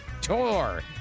tour